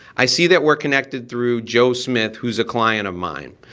i see that we're connected through joe smith, who's a client of mine.